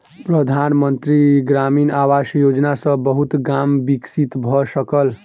प्रधान मंत्री ग्रामीण आवास योजना सॅ बहुत गाम विकसित भअ सकल